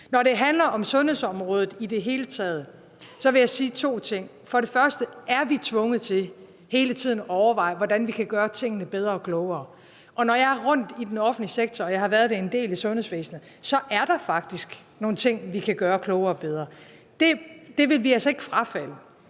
Når det handler om sundhedsområdet i det hele taget, vil jeg sige to ting. For det første er vi tvunget til hele tiden at overveje, hvordan vi kan gøre tingene bedre og klogere. Og når jeg er rundt i den offentlige sektor, og jeg har været det en del i sundhedsvæsenet, så er der faktisk nogle ting, vi kan gøre klogere og bedre. Det vil vi altså ikke frafalde.